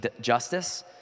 justice